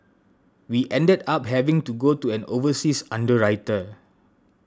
we ended up having to go to an overseas underwriter